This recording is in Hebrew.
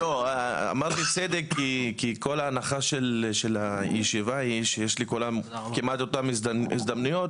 אמרתי צדק כי כל ההנחה של הישיבה היא שיש לכולם כמעט אותם הזדמנויות